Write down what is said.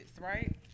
right